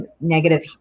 negative